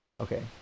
okay